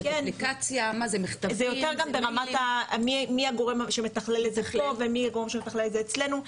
זה יותר ברמת המי הגורם שמתחלל את זה פה ומי הגורם שמתכלל את זה אצלנו.